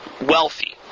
wealthy